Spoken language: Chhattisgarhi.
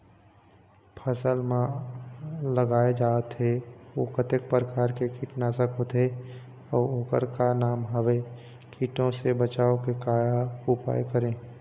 फसल म लगाए जाथे ओ कतेक प्रकार के कीट नासक होथे अउ ओकर का नाम हवे? कीटों से बचाव के का उपाय करें?